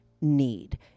need